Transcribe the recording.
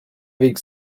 weg